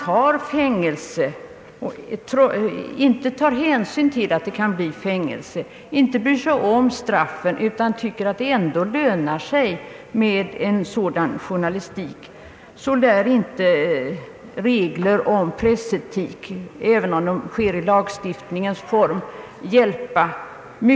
Tar man inte hänsyn till om det kan bli fängelse och bryr man sig inte om straffet, utan tycker att det ändå lönar sig med en sådan journalistik, lär inte regler om pressetik Ang. upprätthållande av pressetiska krav hjälpa mycket, även om de ges i lagstiftningsform.